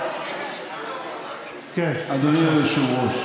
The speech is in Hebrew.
אדוני היושב-ראש,